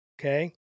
Okay